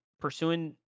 pursuing